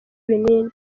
ibinini